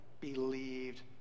believed